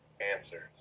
answers